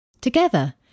Together